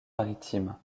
maritime